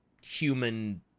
human